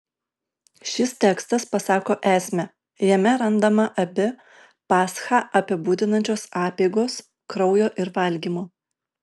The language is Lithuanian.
šis tekstas pasako esmę jame randama abi paschą apibūdinančios apeigos kraujo ir valgymo